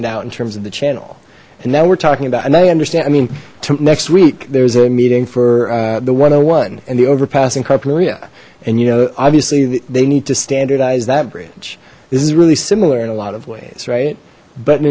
it out in terms of the channel and now we're talking about and i understand i mean next week there's a meeting for the one hundred and one and the overpass in carpinteria and you know obviously they need to standardize that bridge this is really similar in a lot of ways right but in